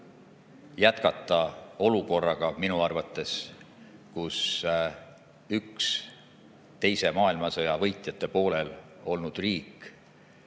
jätkata olukorras, kus üks teise maailmasõja võitjate poolel olnud riik